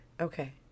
Okay